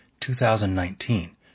2019